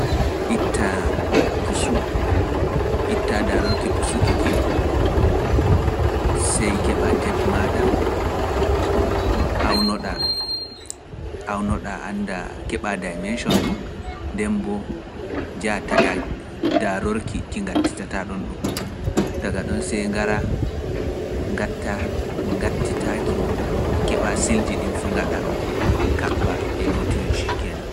Itaa fusu, ittaa daarorki fusuki kin, sey keɓa tep maaɗa awno-ɗaa, awno-ɗaa, anndaa, keɓaa dimension ɗum, nden boo njahaa taƴaa daarorki ki ngattitaa ɗonɗum. Daga ɗon sey ngaraa, ngatta, ngattitaa-ki, keɓaa silji ɗin fuu ngaɗaa, kaɓɓaa e nootihon cikenan.